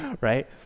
right